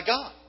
God